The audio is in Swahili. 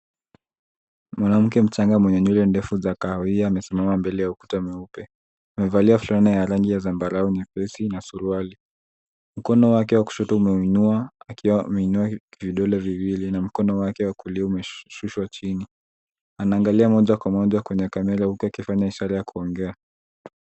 Mwanamke mchanga mwenye nywele ndefu za kahawia amesimama mbele ya ukuta mweupe. Amevalia fulana ya rangi ya zambarau nyepesi na suruali. Mkono wake wa kushoto umeinua akiwa ameinua vidole viwili na mkono wake wa kulia umeshushwa chini. Anaangalia moja kwa moja kwenye kamera huku akifanya ishara ya kuongea.